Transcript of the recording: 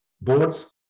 boards